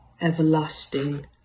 everlasting